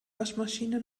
waschmaschine